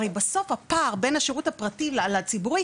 הרי בסוף הפער בין השירות הפרטי לציבורי,